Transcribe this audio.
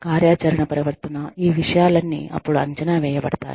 కార్యాచరణ ప్రవర్తన ఈ విషయాలన్నీ అప్పుడు అంచనా వేయబడతాయి